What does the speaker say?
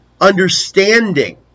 understanding